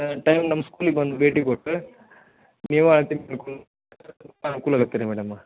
ಟ ಟೈಮ್ ನಮ್ಮ ಸ್ಕೂಲಿಗೆ ಬಂದು ಭೇಟಿ ಕೊಟ್ಟರೆ ನೀವಾ ಅಳ್ತಿ ಅನುಕೂಲ ಆಗತ್ತೆ ರೀ ಮೇಡಮ